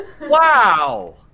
Wow